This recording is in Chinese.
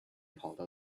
跑道